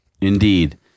indeed